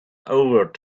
over